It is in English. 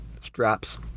straps